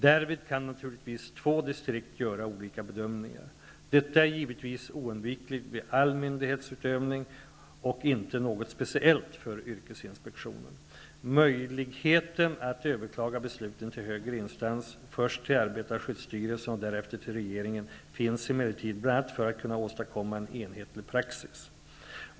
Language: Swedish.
Därvid kan naturligtvis två distrikt göra olika bedömningar. Detta är givetvis oundvikligt vid all myndighetsutövning och inte något speciellt för yrkesinspektionen. Möjligheten att överklaga besluten till en högre instans, först till arbetarskyddsstyrelsen och därefter till regeringen, finns emellertid bl.a. för att kunna åstadkomma en enhetlig praxis.